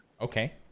Okay